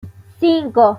cinco